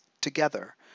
together